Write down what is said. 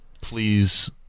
please